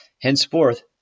Henceforth